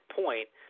point –